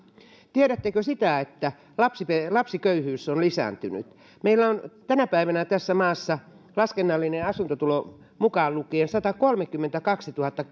tiedättekö että lapsiköyhyys on lisääntynyt meillä on tänä päivänä tässä maassa laskennallinen asuntotulo mukaan lukien satakolmekymmentäkaksituhatta